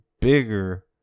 bigger